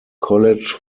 college